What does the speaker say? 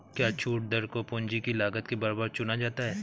क्या छूट दर को पूंजी की लागत के बराबर चुना जाता है?